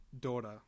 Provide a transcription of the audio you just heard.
Daughter